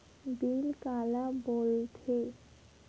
Bill काला बोल थे?